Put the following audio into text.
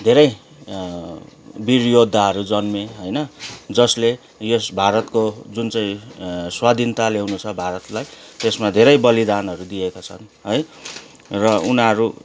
धेरै वीर योद्धाहरू जन्मिए होइन जसले यस भारतको जुन चाहिँ स्वाधीनता ल्याउनु छ भारतलाई त्यसमा धेरै बलिदानहरू दिएका छन् है र उनीहरू